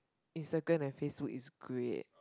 Instagram and Facebook is great